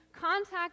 contact